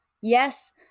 Yes